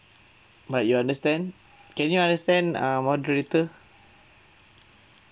but you understand can you understand uh moderator